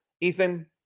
Ethan